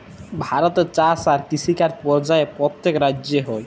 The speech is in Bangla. ভারতে চাষ আর কিষিকাজ পর্যায়ে প্যত্তেক রাজ্যে হ্যয়